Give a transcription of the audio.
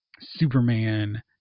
superman